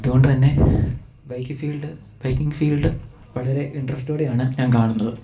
അതുകൊണ്ട് തന്നെ bike field biking field വളരെ ഇൻട്രസ്റ്റോടെയാണ് ഞാൻ കാണുന്നത്